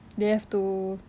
they have to